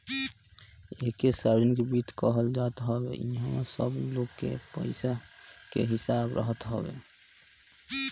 एके सार्वजनिक वित्त कहल जात हवे इहवा सब लोग के पईसा के हिसाब रहत हवे